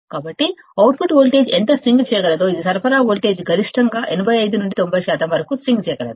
కాబట్టి output voltage ఎంత swing చేయగలదో ఇది సరఫరా వోల్టేజ్లో గరిష్టంగా 85 నుండి 90 శాతం వరకు స్వింగ్ చేయగలదు